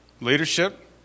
Leadership